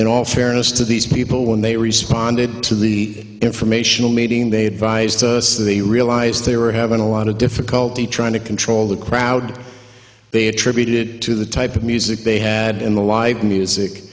in all fairness to these people when they responded to the informational meeting they advised us they realized they were having a lot of difficulty trying to control the crowd they attributed to the type of music they had in the live music